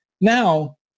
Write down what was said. Now